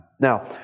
now